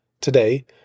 Today